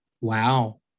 Wow